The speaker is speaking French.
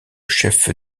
chef